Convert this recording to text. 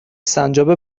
سنجابه